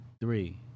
Three